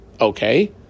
Okay